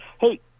Hey